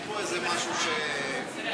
התשע"ו 2016, נתקבל.